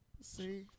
See